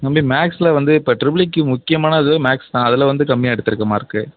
தம்பி மேக்ஸில் வந்து இப்போ டிரிபிள் ஈக்கு முக்கியமானது மேக்ஸ் தான் அதில் வந்து கம்மியாக எடுத்திருக்கே மார்க்கு